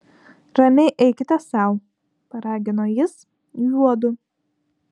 ramiai eikite sau paragino jis juodu